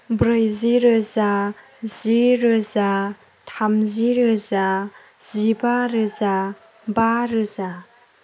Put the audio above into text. ब्रैजि रोजा जि रोजा थामजि रोजा जिबा रोजा बा रोजा